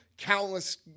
Countless